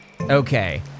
Okay